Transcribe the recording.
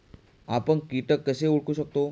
आपण कीटक कसे ओळखू शकतो?